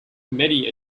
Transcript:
many